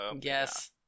Yes